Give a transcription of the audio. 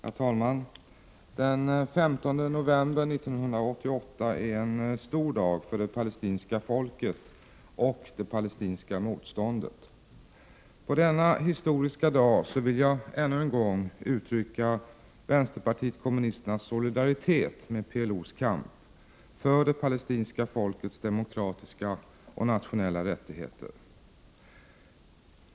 Herr talman! Den 15 november 1988 är en stor dag för det palestinska folket och för det palestinska motståndet. På denna historiska dag vill jag ännu en gång uttrycka vänsterpartiet kommunisternas solidaritet med PLO:s kamp för det palestinska folkets demokratiska och nationella rättigheter.